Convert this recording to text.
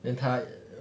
then 他也